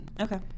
Okay